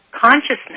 consciousness